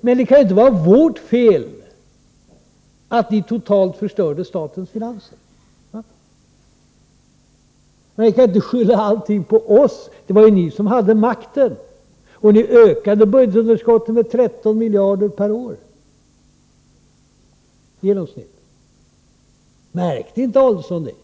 Det kan inte vara vårt fel att ni totalt förstörde statens finanser. Ni kan inte skylla allting på oss — det var ju ni som hade makten, och ni ökade budgetunderskottet med i genomsnitt 13 miljarder per år. Märkte inte Adelsohn det?